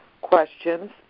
questions